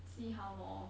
see how lor